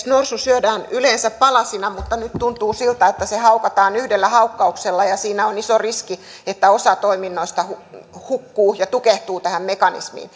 norsu syödään yleensä palasina mutta nyt tuntuu siltä että se haukataan yhdellä haukkauksella ja siinä on iso riski että osa toiminnoista hukkuu ja tukehtuu tähän mekanismiin